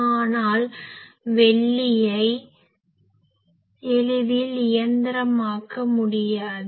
ஆனால் வெள்ளியை எளிதில் இயந்திரமயமாக்க முடியாது